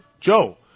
Joe